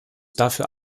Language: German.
dafür